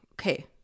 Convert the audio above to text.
okay